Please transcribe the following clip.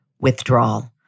withdrawal